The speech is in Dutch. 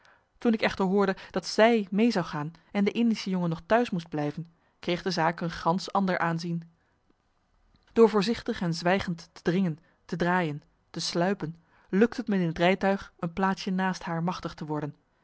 toen ik echter hoorde dat zij mee zou gaan en de indische jongen nog t huis moest marcellus emants een nagelaten bekentenis blijven kreeg de zaak een gansch ander aanzien door voorzichtig en zwijgend te dringen te draaien te sluipen lukte t me in het rijtuig een plaatsje naast haar machtig te worden